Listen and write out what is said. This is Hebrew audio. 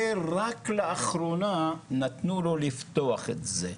ורק לאחרונה נתנו לו לפתוח את זה.